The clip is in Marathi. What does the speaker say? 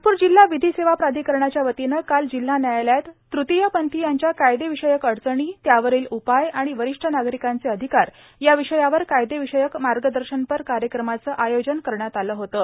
नागप्र जिल्हा विधी सेवा प्राधिकरणाच्या वतीनं काल जिल्हा न्यायालयात तृतीयपंथीयांच्या कायदेविषयक अडचणी त्यावरील उपाय आणि वरिष्ठ नागरिकांचे अधिकार या विषयावर कायदेविशयक मार्गदर्शनपर कार्यक्रमाचं आयोजन करण्यात आलं होतं